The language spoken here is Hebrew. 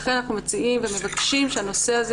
לכן אנחנו מציעים ומבקשים שהנושא הזה